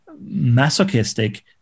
masochistic